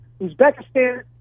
Uzbekistan